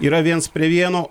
yra viens prie vieno